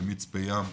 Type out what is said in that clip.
ב'מצפה ים'